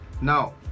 Now